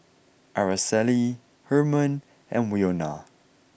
Aracely Herman and Winona